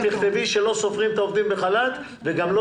תכתבי שלא סופרים את העובדים בחל"ת וגם לא